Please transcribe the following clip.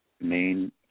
main